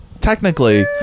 technically